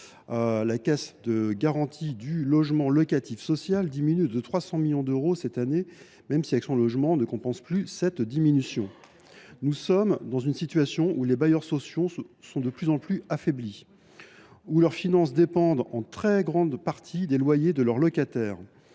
la Caisse de garantie du logement locatif social (CGLLS) diminue de 300 millions d’euros en 2025, même si Action Logement, de son côté, n’y contribuera plus. Nous sommes dans une situation où les bailleurs sociaux sont de plus en plus affaiblis et où leurs finances dépendent en très grande partie des loyers de leurs locataires.